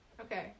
Okay